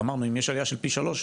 אמרנו שאם יש עלייה של פי 3,